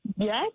Yes